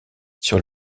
sur